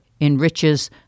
enriches